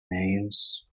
names